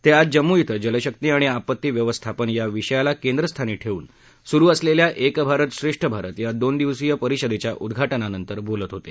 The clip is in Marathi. ते आज जम्मू इथं जलशक्ती आणि आपत्ती व्यवस्थापन या विषयाला केंद्रस्थानी ठेवून सुरु असलेल्या एक भारत श्रेष्ठ भारत या दोन दिवसीय परिषदेच्या उद्घाटनानंतर बोलत होते